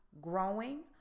growing